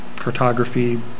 cartography